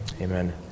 amen